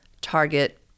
target